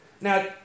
Now